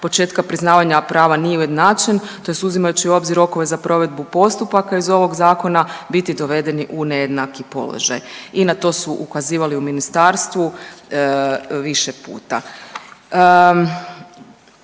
početka priznavanja prava nije ujednačen, tj. uzimajući u obzir rokove za provedbu postupaka iz ovog zakona biti dovedeni u nejednaki položaj. I na to su ukazivali u ministarstvu više puta.